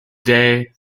day